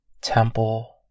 temple